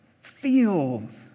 feels